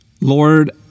Lord